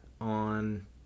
on